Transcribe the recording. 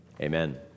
Amen